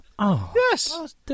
Yes